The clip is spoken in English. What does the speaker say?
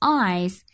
eyes